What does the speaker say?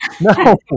No